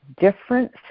difference